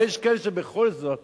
אבל יש כאלה שבכל זאת